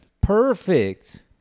Perfect